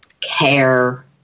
care